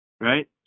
Right